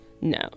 No